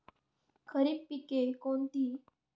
खरीप पिके कोणती?